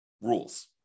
rules